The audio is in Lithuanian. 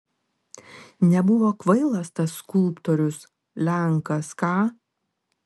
nebuvo kvailas tas skulptorius lenkas ką